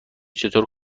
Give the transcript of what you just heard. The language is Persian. چطور